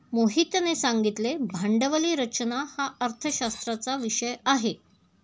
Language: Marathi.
मोहितने सांगितले भांडवली रचना हा अर्थशास्त्राचा विषय आहे